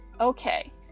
Okay